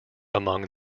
among